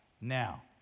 Now